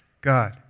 God